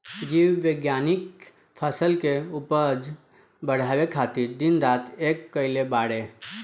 जीव विज्ञानिक फसल के उपज बढ़ावे खातिर दिन रात एक कईले बाड़े